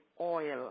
oil